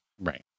right